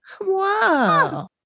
Wow